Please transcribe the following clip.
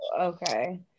okay